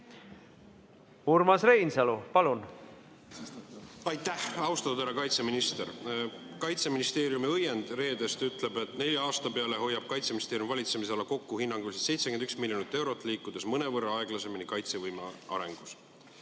kriitika aluseks? Aitäh! Austatud härra kaitseminister! Kaitseministeeriumi reedene õiend ütleb, et nelja aasta peale hoiab Kaitseministeeriumi valitsemisala kokku hinnanguliselt 71 miljonit eurot, liikudes mõnevõrra aeglasemini kaitsevõime arengus.